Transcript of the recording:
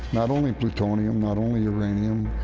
not only plutonium, not only uranium,